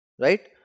Right